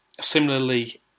Similarly